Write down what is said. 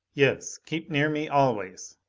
yes. keep near me always.